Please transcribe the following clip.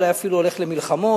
אולי אפילו הולך למלחמות.